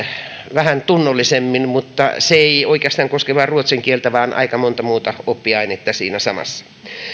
vähän tunnollisemmin mutta se ei oikeastaan koske vain ruotsin kieltä vaan aika montaa muuta oppiainetta siinä samassa